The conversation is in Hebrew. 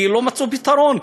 כי לא מצאו פתרון,